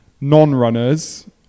non-runners